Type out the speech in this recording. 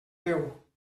veu